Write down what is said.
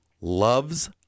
loves